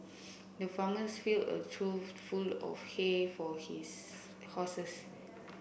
the farmers filled a trough full of hay for his horses